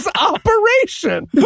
operation